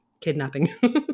kidnapping